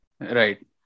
Right